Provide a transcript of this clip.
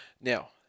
Now